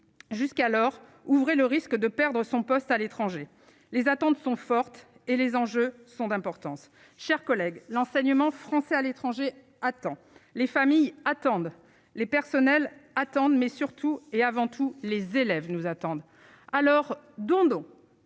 jusqu'alors ouvrez le risque de perdre son poste à l'étranger, les attentes sont fortes et les enjeux sont d'importance, chers collègues, l'enseignement français à l'étranger, attend les familles attendent les personnels attendent mais surtout et avant tout les élèves nous attendent alors Dondo